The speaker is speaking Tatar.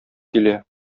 килә